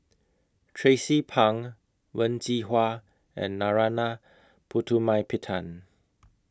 Tracie Pang Wen Jinhua and Narana Putumaippittan